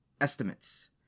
estimates